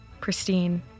pristine